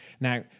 Now